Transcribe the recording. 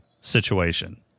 situation